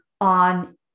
on